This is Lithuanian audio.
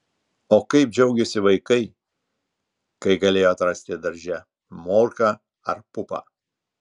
o kaip džiaugėsi vaikai kai galėjo atrasti darže morką ar pupą